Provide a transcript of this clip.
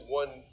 one